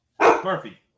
Murphy